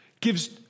gives